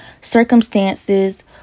Circumstances